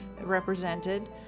represented